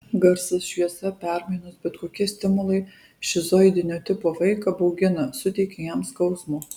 garsas šviesa permainos bet kokie stimulai šizoidinio tipo vaiką baugina suteikia jam skausmo